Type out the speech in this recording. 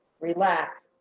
Relax